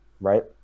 Right